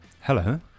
Hello